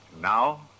Now